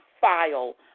file